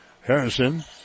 Harrison